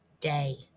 day